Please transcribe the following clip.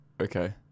okay